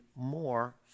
more